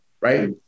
right